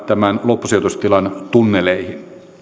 tämän loppusijoitustilan tunneleihin